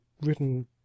written